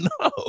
no